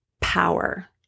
power